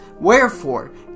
Wherefore